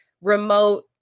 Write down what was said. remote